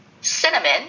cinnamon